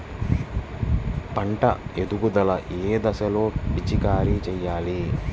పంట ఎదుగుదల ఏ దశలో పిచికారీ చేయాలి?